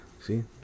See